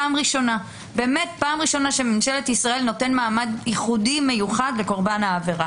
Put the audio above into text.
פעם ראשונה שממשלת ישראל נותנת מעמד ייחודי לקרבן העבירה.